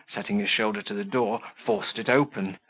setting his shoulder to the door, forced it open,